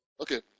okay